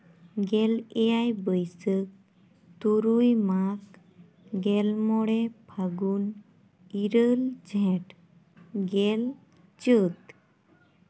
ᱜᱮᱞ ᱮᱭᱟᱭ ᱵᱟᱹᱭᱥᱟᱹᱠ ᱛᱩᱨᱩᱭ ᱢᱟᱜᱽ ᱜᱮᱞ ᱢᱚᱬᱮ ᱯᱷᱟᱹᱜᱩᱱ ᱤᱨᱟᱹᱞ ᱡᱷᱮᱸᱴ ᱜᱮᱞ ᱪᱟᱹᱛ